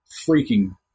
freaking